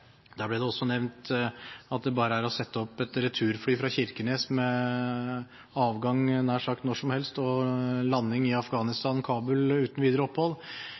Der ble det også nevnt at det bare er å sette opp et returfly fra Kirkenes med avgang nær sagt når som helst og landing i Kabul, Afghanistan, uten videre opphold.